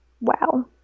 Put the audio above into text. Wow